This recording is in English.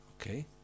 Okay